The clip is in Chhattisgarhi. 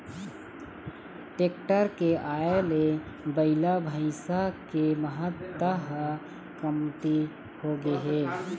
टेक्टर के आए ले बइला, भइसा के महत्ता ह कमती होगे हे